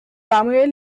samuel